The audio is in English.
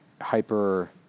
hyper